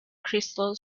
crystal